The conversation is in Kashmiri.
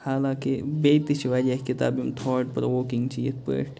حالانکہِ بیٚیہِ تہِ چھِ واریاہ کِتاب یِم تھاٹ پرٛووکِنٛگ چھِ یِتھ پٲٹھۍ